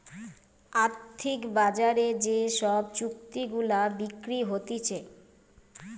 আর্থিক বাজারে যে সব চুক্তি গুলা বিক্রি হতিছে